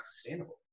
sustainable